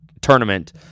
tournament